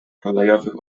kolejowych